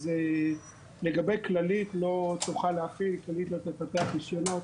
לגבי כללית שלא תוכל להפעיל, לפתח רישיונות